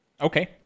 Okay